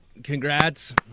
Congrats